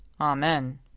Amen